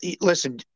listen